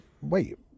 Wait